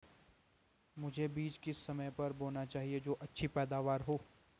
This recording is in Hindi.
मुझे बीज किस समय पर बोना चाहिए जो अच्छी पैदावार हो?